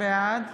בעד